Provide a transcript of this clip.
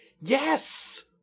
Yes